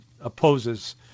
opposes